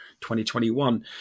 2021